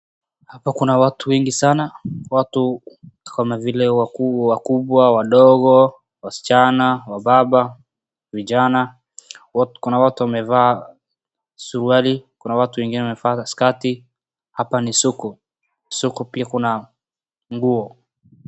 Hapa kuna watu wengi sana, watu kama vile wakubwa, wadogo, wasichana, wababa, vijana, kuna watu wamevaa suruari kuna watu wengine wamevaa sketi. Hapa ni soko, soko pia kuna nguo.